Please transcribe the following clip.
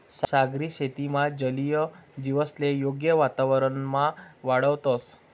सागरी शेतीमा जलीय जीवसले योग्य वातावरणमा वाढावतंस